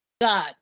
God